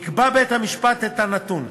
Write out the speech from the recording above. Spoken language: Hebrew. יקבע בית-המשפט את הנתון.